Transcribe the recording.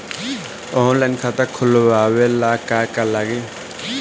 Online खाता खोलबाबे ला का का लागि?